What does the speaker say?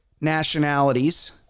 nationalities